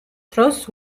დროს